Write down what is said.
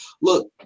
look